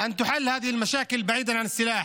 הגיע הזמן שייפתרו הבעיות האלה הרחק מהנשק.